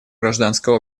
гражданское